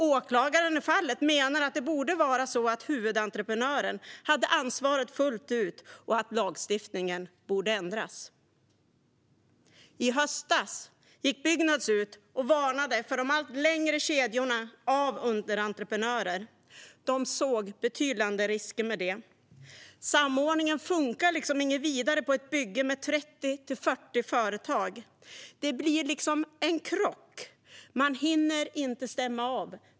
Åklagaren i fallet menar att det borde var så att huvudentreprenören har ansvaret fullt ut och att lagstiftningen borde ändras. I höstas gick Byggnads ut och varnade för de allt längre kedjorna av underentreprenörer. De såg betydande risker med det. Samordningen funkar inget vidare på ett bygge med 30-40 företag. Det blir liksom en krock. Man hinner inte stämma av.